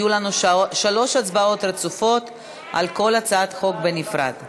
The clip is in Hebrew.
יהיו לנו שלוש הצבעות רצופות על כל הצעת חוק בנפרד.